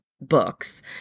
books